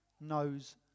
knows